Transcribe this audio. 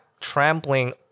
trampling